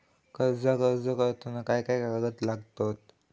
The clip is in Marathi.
कर्जाक अर्ज करताना काय काय कागद लागतत?